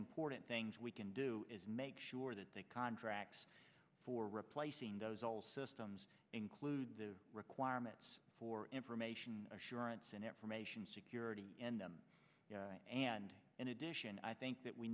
important things we can do is make sure that the contracts for replacing those old systems include the requirements for information assurance and information security and them and in addition i think that we